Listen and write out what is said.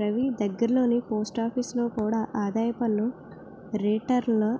రవీ దగ్గర్లోని పోస్టాఫీసులో కూడా ఆదాయ పన్ను రేటర్న్లు